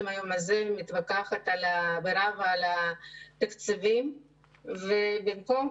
היום הזה מתווכחת על התקציבים וזה במקום,